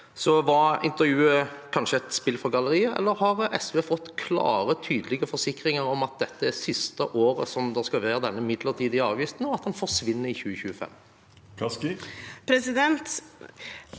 Var intervjuet kanskje et spill for galleriet, eller har SV fått klare og tydelige forsikringer om at dette er siste året denne midlertidige avgiften skal være, og at den forsvinner i 2025?